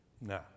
No